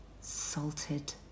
Salted